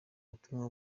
butumwa